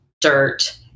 dirt